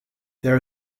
there